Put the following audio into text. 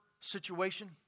situation